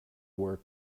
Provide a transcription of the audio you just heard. were